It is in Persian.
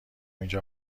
اینجا